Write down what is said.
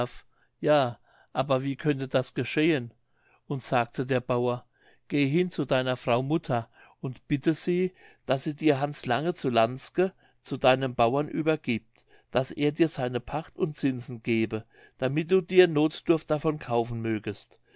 ja aber wie könnte das geschehen und sagte der bauer gehe hin zu deiner frau mutter und bitte sie daß sie dir hans lange zu lantzke zu deinem bauern übergibt daß er dir seine pacht und zinsen gebe damit du dir nothdurft davon kaufen mögest